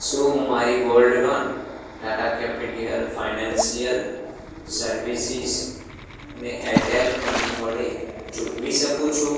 શું હું મારી gold loan Tata capital financial સર્વિસીસને એરટેલ મની વડે ચૂકવી શકું છું